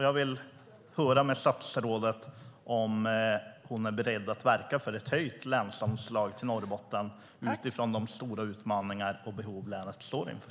Jag vill höra med statsrådet om hon är beredd att verka för ett höjt länsanslag till Norrbotten utifrån de stora utmaningar och behov som länet står inför.